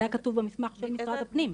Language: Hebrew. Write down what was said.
זה היה כתוב במסמך של משרד הפנים.